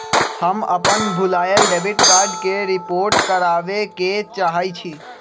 हम अपन भूलायल डेबिट कार्ड के रिपोर्ट करावे के चाहई छी